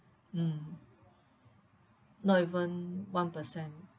mm not even one percent